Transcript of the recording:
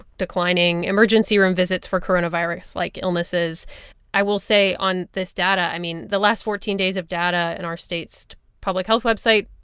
declining emergency room visits for coronavirus-like illnesses i will say on this data i mean, the last fourteen days of data in our state's public health website,